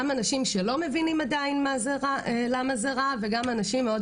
גם אנשים שלא מבינים עדיין למה זה רע וגם אנשים שמאוד